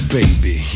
baby